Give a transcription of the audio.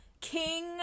king